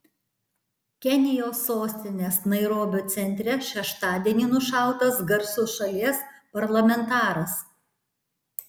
kenijos sostinės nairobio centre šeštadienį nušautas garsus šalies parlamentaras